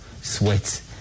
sweat